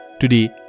Today